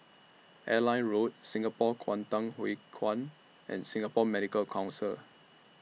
Airline Road Singapore Kwangtung Hui Kuan and Singapore Medical Council